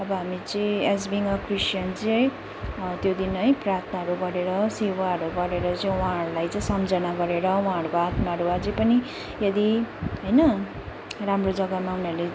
अब हामी चाहिँ एज विइङ अ क्रिस्चयन चाहिँ है त्यो दिन है प्रार्थनाहरू गरेर सेवाहरू गरेर चाहिँ उहाँहरूलाई चाहिँ सम्झना गरेर उहाँहरूको आत्माहरू अझै पनि यदि होइन राम्रो जग्गामा उनीहरूले